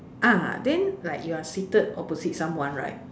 ah then like you're seated opposite someone right